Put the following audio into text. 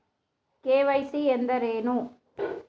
KYC ಎಂದರೇನು?